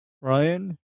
Ryan